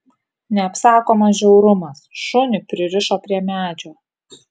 neapsakomas žiaurumas šunį pririšo prie medžio